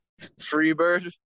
Freebird